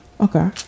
Okay